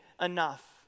enough